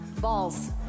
Balls